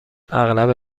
اغلب